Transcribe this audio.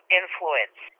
influence